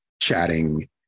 chatting